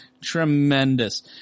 Tremendous